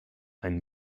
einen